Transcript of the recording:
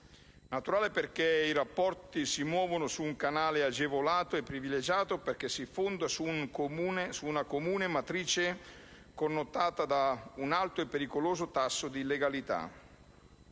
naturale, perché si muove su un canale agevolato e privilegiato in quanto si fonda su una comune matrice connotata da un alto e pericoloso tasso di illegalità.